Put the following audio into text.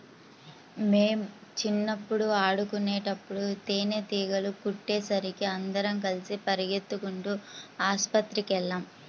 మేం చిన్నప్పుడు ఆడుకునేటప్పుడు తేనీగలు కుట్టేసరికి అందరం కలిసి పెరిగెత్తుకుంటూ ఆస్పత్రికెళ్ళాం